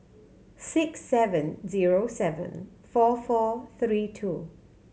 six seven zero seven four four three two